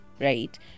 right